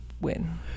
win